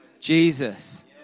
Jesus